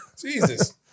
Jesus